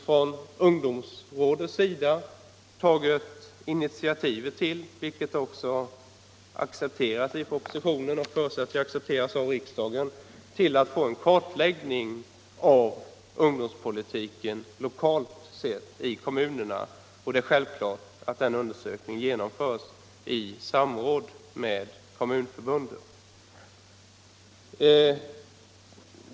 Från ungdomsvårdens sida har initiativ tagits — vilket också har accepterats i propositionen och även förutsätts bli accepterat av riksdagen -— till en kartläggning av ungdomspolitiken lokalt i kommunerna. Det är självklart domsorganisatio att denna undersökning genomförs i samråd med Kommunförbundet.